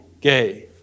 gay